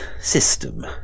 system